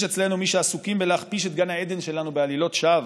יש אצלנו מי שעסוקים בלהכפיש את גן העדן שלנו בעלילות שווא,